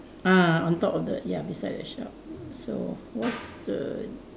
ah on top of the ya beside the shop so what's the